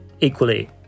equally